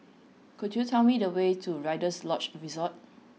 could you tell me the way to Rider's Lodge Resort